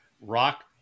Rock